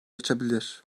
açabilir